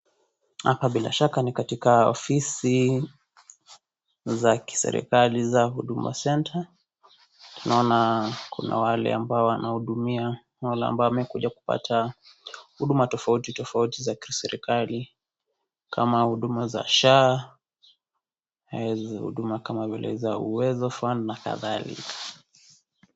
Hapa bila shaka ni katika ofisi za kiserikali za huduma (cs)senta(cs) naona kuna wale ambao wanahudumia wale ambao wamekuja kupata huduma tofautitofauti za kiserikali kama huduma za (cs)SHA(cs) huduma kama vile za Uwezo (cs)Fund(cs) na kadhalika.